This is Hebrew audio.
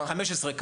יש 15 כאלה.